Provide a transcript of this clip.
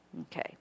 Okay